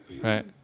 right